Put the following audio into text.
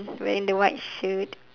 wearing the white shirt